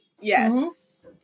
Yes